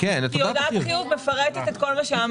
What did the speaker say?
כי הודעת החיוב מפרטת את כל מה שאמרת.